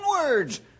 words